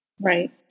Right